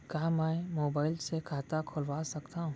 का मैं मोबाइल से खाता खोलवा सकथव?